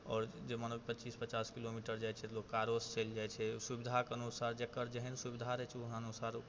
आओर जे मानो पचीस पचास किलोमीटर जाइ छै तऽ लोक कारोसँ चलि जाइ छै सुविधाके अनुसार जकर जेहन सुविधा रहै छै वएह अनुसार ओ